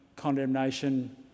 condemnation